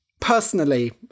Personally